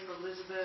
Elizabeth